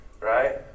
right